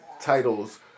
titles